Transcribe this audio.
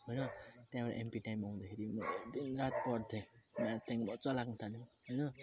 हैन त्यहाँबाट MP time आउँदाखेरि दिनरात पढ्थेँ म्याथ त्यहाँदेखिन्को मजा लाग्नु थाल्यो हैन